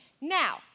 Now